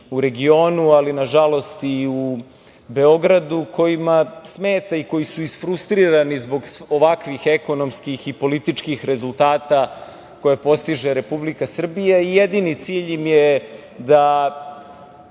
u regionu, ali nažalost i u Beogradu kojima smeta i koji su isfrustrirani zbog ovakvih ekonomskih i političkih rezultata koje postiže Republika Srbija. Jedini cilj im je da